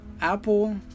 Apple